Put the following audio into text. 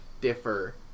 differ